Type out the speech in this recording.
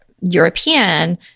European